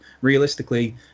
realistically